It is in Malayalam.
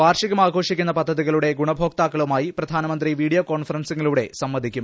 വാർഷികം ആഘോഷിക്കുന്ന പദ്ധതികളുടെ ഗുണഭോക്താക്കളുമായി പ്രധാൻമന്ത്രി വീഡിയോ കോൺഫറൻസിംഗിലൂടെ സംവദിക്കും